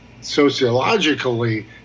sociologically